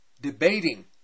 debating